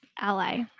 ally